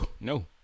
No